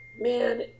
man